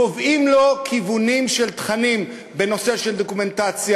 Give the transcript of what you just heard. קובעים לו כיוונים של תכנים בנושא של דוקומנטציה,